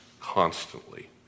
constantly